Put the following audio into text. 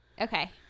Okay